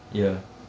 ya